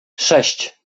sześć